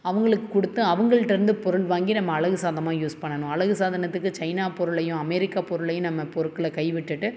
அவங்களுக்கு கொடுத்து அவங்கள்ட்ட இருந்து பொருள் வாங்கி நம்ம அழகு சார்ந்தம்மா யூஸ் பண்ணனும் அழகு சாதனத்துக்கு சைனா பொருளையும் அமெரிக்கா பொருளையும் நம்ம பொருட்களை கை விட்டுட்டு